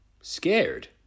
Scared